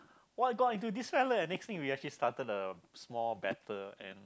what got into this fella and next thing we actually start a small battle and